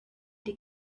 die